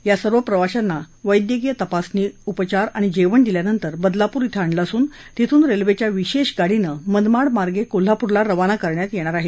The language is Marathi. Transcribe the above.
या सर्व प्रवाशांना वैद्यकीय तपासणी उपचार आणि जेवण दिल्यानंतर बदलापूर ध्वे आणलं असून तिथून रेल्वेच्या विशेष गाडीनं मनमाड मार्गे कोल्हापूरला रवाना करण्यात येणार आहे